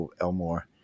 Elmore